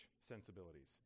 sensibilities